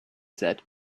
said